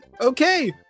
Okay